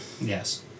Yes